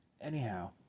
Anyhow